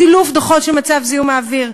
סילוף דוחות של מצב זיהום האוויר,